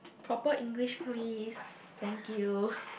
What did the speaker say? proper English please thank you